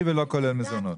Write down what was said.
ולא כולל מזונות.